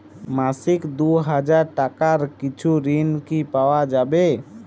মাসিক দুই হাজার টাকার কিছু ঋণ কি পাওয়া যাবে?